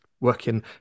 working